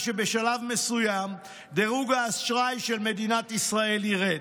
שבשלב מסוים דירוג האשראי של מדינת ישראל ירד.